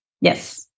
Yes